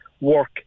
work